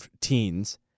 teens